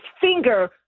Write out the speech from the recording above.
finger